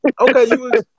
Okay